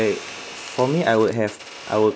for me I would have I would